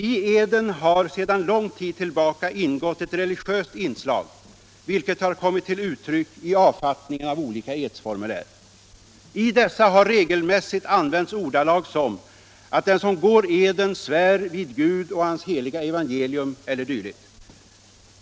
I eden har sedan lång tid tillbaka ingått ett religiöst inslag vilket har kommit till uttryck i avfattningen av olika edsformulär. I dessa har regelmässigt använts ordalag som att den som går eden ”svär vid Gud och Hans heliga evangelium” e. d.